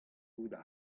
gouzout